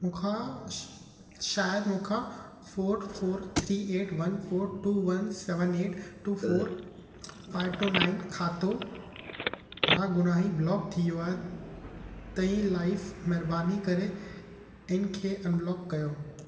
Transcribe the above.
मूंखां श शायद मूंखां four four three eight one four two one seven eight two four five two nine खातो रागुनाही ब्लॉक थी वियो आहे तंहिं लाइ महिरबानी करे इन खे अनब्लॉक कयो